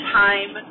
time